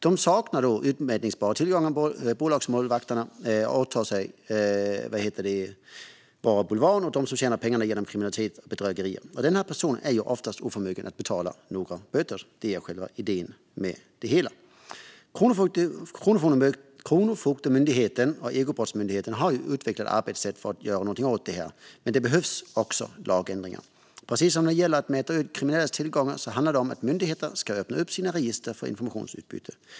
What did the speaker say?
Bolagsmålvakterna saknar utmätbara tillgångar och åtar sig att vara bulvaner åt dem som tjänar pengar genom kriminalitet och bedrägerier. Dessa personer är oftast oförmögna att betala några böter - det är själva idén med det hela. Kronofogdemyndigheten och Ekobrottsmyndigheten har utvecklat arbetssätt för att göra något åt detta, men det behövs också lagändringar. Precis som när det gäller att mäta ut kriminellas tillgångar handlar det om att myndigheter ska öppna sina register för informationsutbyte.